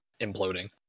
imploding